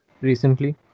recently